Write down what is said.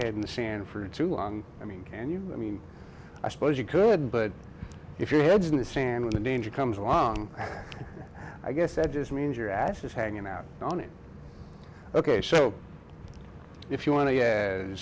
head in the sand for too long i mean can you i mean i suppose you could but if your head's in the sand when the danger comes along i guess that just means your ass is hanging out on it ok so if you want to